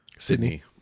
Sydney